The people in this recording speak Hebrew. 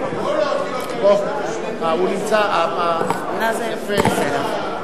בעד עפו אגבאריה,